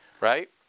Right